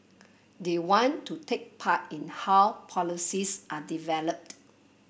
they want to take part in how policies are developed